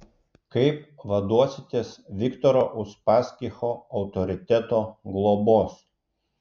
kaip vaduositės viktoro uspaskicho autoriteto globos